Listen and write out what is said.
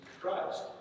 Christ